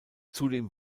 zudem